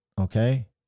okay